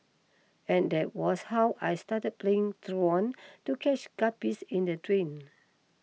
and that was how I started playing truant to catch guppies in the drain